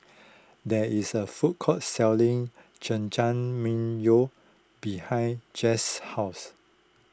there is a food court selling Jajangmyeon behind Jesse's house